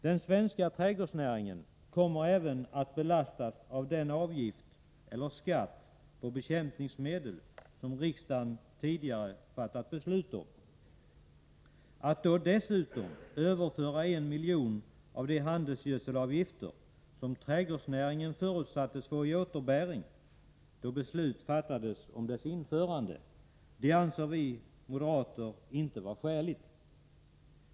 Den svenska trädgårdsnäringen kommer även att belastas av den avgift eller skatt på bekämpningsmedel som riksdagen tidigare fattat beslut om. Att då dessutom överföra 1 milj.kr. av de handelsgödselavgifter som trädgårdsnäringen förutsattes få i återbäring, då beslut fattades om dess införande, anser vi moderater inte vara skäligt.